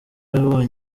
yayoboye